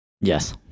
Yes